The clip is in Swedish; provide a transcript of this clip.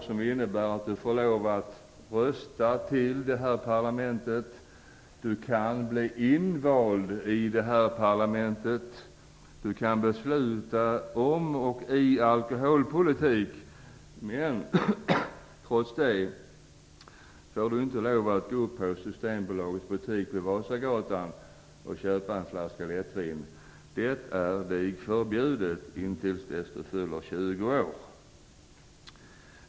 Det innebär att Du får rösta i valet till det här parlamentet, kan bli invald i parlamentet, kan besluta om och i alkoholpolitiken, men du får inte på Systembolagets butik på Vasagatan köpa en flaska lättvin. Det är dig förbjudet tills du fyller 20 år.